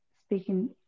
speaking